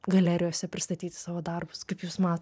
galerijose pristatyti savo darbus kaip jūs matot